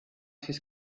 his